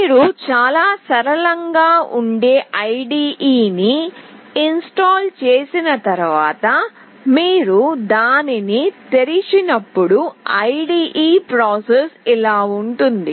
మీరు చాలా సరళంగా ఉండే IDE ని ఇన్స్టాల్ చేసిన తర్వాత మీరు దానిని తెరిచినప్పుడు IDE ప్రాసెస్ ఇలా ఉంటుంది